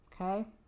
okay